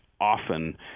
often